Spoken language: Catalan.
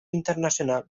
internacional